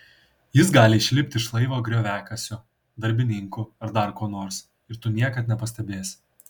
jis gali išlipti iš laivo grioviakasiu darbininku ar dar kuo nors ir tu niekad nepastebėsi